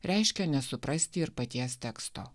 reiškia nesuprasti ir paties teksto